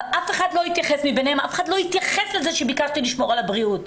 אף אחד לא התייחס לזה שביקשתי לשמור על הבריאות.